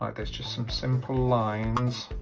ah there's just some simple lines